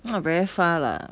not very far lah